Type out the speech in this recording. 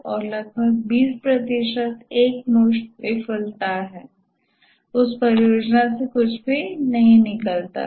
और लगभग 20 प्रतिशत एकमुश्त विफलता है उस परियोजना से कुछ भी नहीं निकलता है